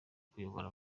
kuyobora